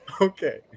Okay